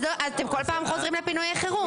אז אתם כל פעם חוזרים לפינויים חירום,